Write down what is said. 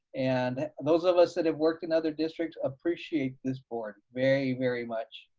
and those of us that have worked in other districts appreciate this board very, very much.